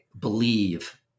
believe